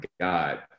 god